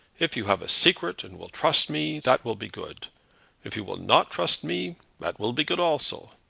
if you have a secret, and will trust me, that will be good if you will not trust me that will be good also.